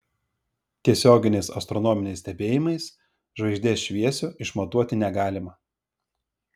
tiesioginiais astronominiais stebėjimais žvaigždės šviesio išmatuoti negalima